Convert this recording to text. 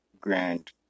grand